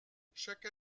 chaque